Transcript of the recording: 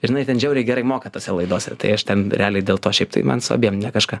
žinai ten žiauriai gerai moka tose laidose tai aš ten realiai dėl to šiaip tai man su abiem ne kažką